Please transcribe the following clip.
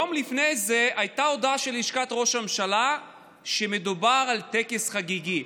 יום לפני זה הייתה הודעה של לשכת ראש הממשלה שמדובר על טקס חגיגי.